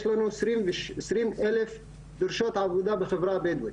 יש לנו עשרים אלף דרישות עבודה בחברה הבדואית.